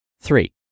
Three